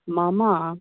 मम